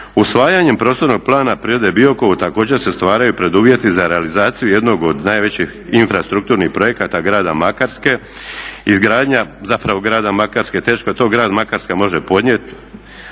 Usvajanjem Prostornog plana Parka prirode Biokovo također se stvaraju preduvjeti za realizaciju jednog od najvećih infrastrukturnih projekata grada Makarske. Izgradnja zapravo grada Makarske, teško to grad Makarska može podnijeti,